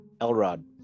Elrod